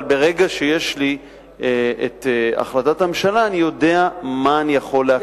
ברגע שיש לי החלטת הממשלה אני יודע מה אני יכול להקצות.